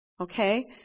Okay